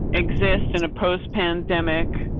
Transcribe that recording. exist in a post pandemic.